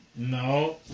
No